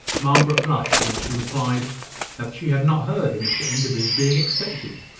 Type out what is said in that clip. margaret blushed when she replied that she had not heard of mr enderby's being expected.